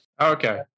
Okay